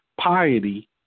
piety